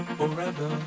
forever